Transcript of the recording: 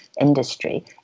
industry